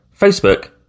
Facebook